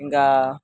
ఇంకా